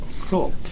Cool